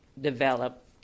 develop